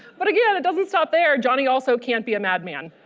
but again it doesn't stop there johnny also can't be a madman.